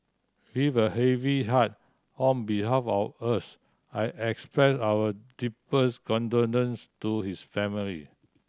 with a heavy heart on behalf of all of us I express our deepest condolence to his family